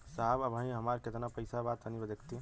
साहब अबहीं हमार कितना पइसा बा तनि देखति?